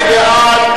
מי בעד?